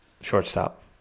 Shortstop